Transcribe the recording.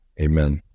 amen